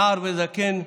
נער וזקן,